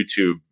youtube